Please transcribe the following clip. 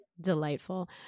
Delightful